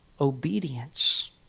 obedience